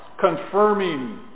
confirming